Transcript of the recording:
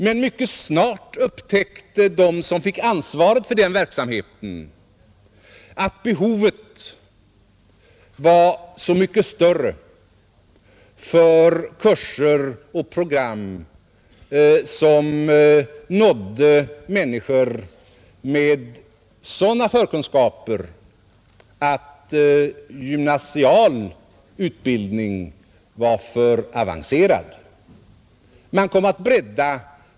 Men mycket snart upptäckte de som fick ansvar för den verksamheten att behovet var mycket större av kurser och program som nådde människor med sådana förkunskaper att gymnasial utbildning var för avancerad.